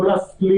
לא הבנתי